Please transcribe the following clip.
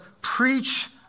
preach